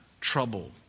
trouble